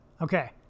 Okay